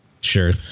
Sure